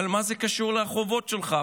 אבל מה זה קשור לחובות שלך?